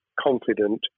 confident